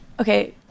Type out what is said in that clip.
Okay